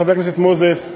חבר הכנסת מוזס,